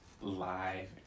live